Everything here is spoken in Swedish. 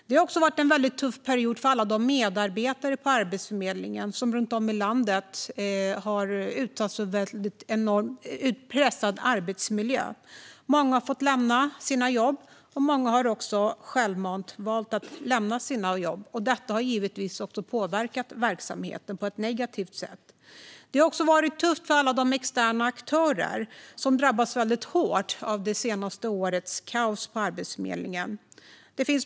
Det har också varit en väldigt tuff period för alla medarbetare på Arbetsförmedlingen som runt om i landet har haft en mycket pressad arbetssituation. Många har fått lämna sina jobb. Många har också valt att självmant lämna sina jobb. Det har givetvis påverkat verksamheten på ett negativt sätt. Det har även varit tufft för alla externa aktörer som har drabbats hårt av det senaste årets kaos på Arbetsförmedlingen.